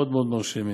הם מאוד מאוד מרשימים.